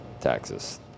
taxes